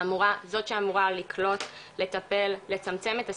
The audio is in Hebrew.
זאת שאמורה לקלוט, לטפל, לצמצם את הסטיגמה,